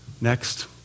Next